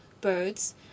birds